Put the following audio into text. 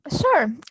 Sure